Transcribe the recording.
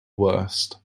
worst